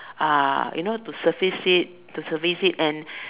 uh you know to surface it to surface it and